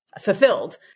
fulfilled